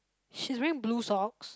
she's wearing blue socks